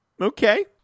okay